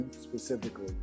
specifically